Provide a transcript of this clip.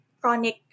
chronic